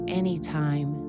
anytime